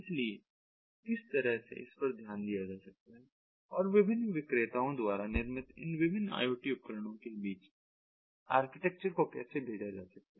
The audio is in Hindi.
इसलिए किस तरह से इस पर ध्यान दिया जा सकता है और विभिन्न विक्रेताओं द्वारा निर्मित इन विभिन्न IoT उपकरणों के बीच आर्किटेक्चर को कैसे भेजा जा सकता है